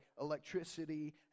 electricity